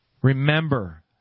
Remember